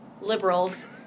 liberals